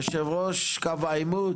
ויושב ראש קו העימות,